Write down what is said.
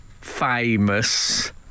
famous